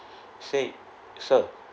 said sir